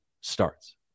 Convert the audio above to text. starts